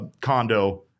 condo